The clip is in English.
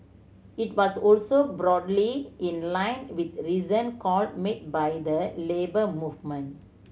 it was also broadly in line with recent call made by the Labour Movement